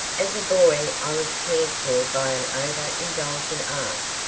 as a boy i was cared for by an over-indulgent aunt,